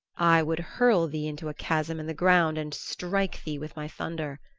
i would hurl thee into a chasm in the ground and strike thee with my thunder,